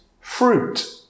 fruit